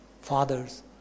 fathers